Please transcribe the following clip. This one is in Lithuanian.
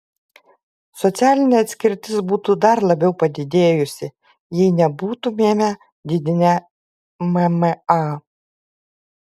socialinė atskirtis būtų dar labiau padidėjusi jei nebūtumėme didinę mma